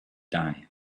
die